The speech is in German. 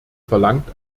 verlangt